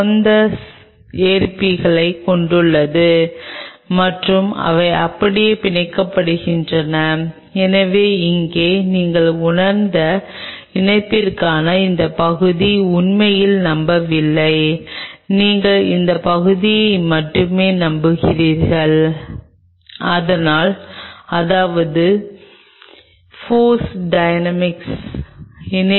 அந்த வரியில் அடுத்தது இப்போது இதைச் சொன்னதால் நான் ஒரு செயற்கை சூழ்நிலை மன்னிக்கவும் ஒரு இயற்கை சூழ்நிலை